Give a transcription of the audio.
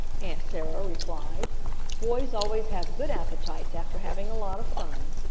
aunt sarah replied boys always have good appetites after having a lot of fun.